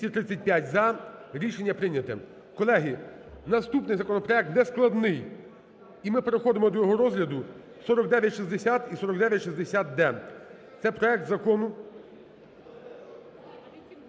За-235 Рішення прийняте. Колеги, наступний законопроект, не складний, і ми переходимо до його розгляду: 4960 і 4960д. Це проект закону…